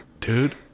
Dude